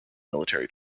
military